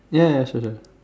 ya ya sure sure